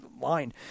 line